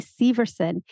Severson